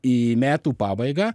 į metų pabaigą